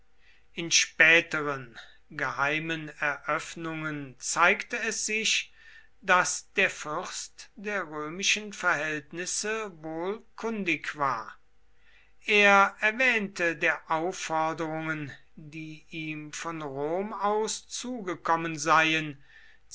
in späteren geheimen eröffnungen zeigte es sich daß der fürst der römischen verhältnisse wohl kundig war er erwähnte der aufforderungen die ihm von rom aus zugekommen seien